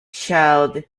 charlie